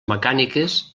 mecàniques